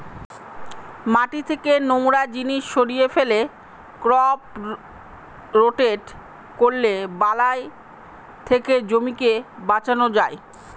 মাটি থেকে নোংরা জিনিস সরিয়ে ফেলে, ক্রপ রোটেট করলে বালাই থেকে জমিকে বাঁচানো যায়